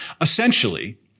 Essentially